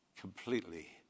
completely